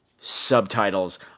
subtitles